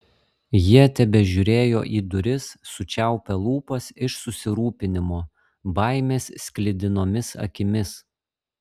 jie tebežiūrėjo į duris sučiaupę lūpas iš susirūpinimo baimės sklidinomis akimis